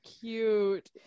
cute